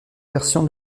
version